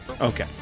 Okay